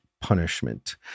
punishment